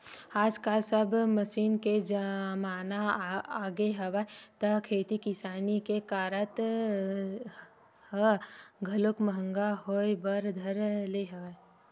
आजकल सब मसीन के जमाना आगे हवय त खेती किसानी के कारज ह घलो महंगा होय बर धर ले हवय